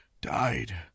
died